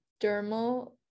dermal